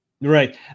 right